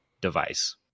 device